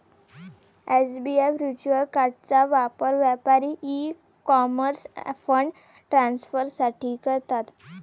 SBI virtual कार्डचा वापर व्यापारी ई कॉमर्स फंड ट्रान्सफर साठी करतात